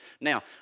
Now